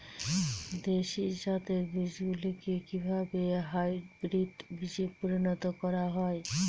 দেশি জাতের বীজগুলিকে কিভাবে হাইব্রিড বীজে পরিণত করা হয়?